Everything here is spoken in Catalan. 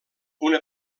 una